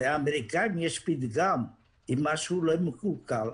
לאמריקאים יש פתגם שאומר שאם משהו לא מקולקל,